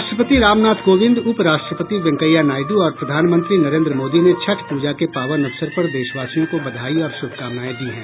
राष्ट्रपति रामनाथ कोविंद उप राष्ट्रपति वेंकैया नायड् और प्रधानमंत्री नरेन्द्र मोदी ने छठ पूजा के पावन अवसर पर देशवासियों को बधाई और श्भकामनाएं दी हैं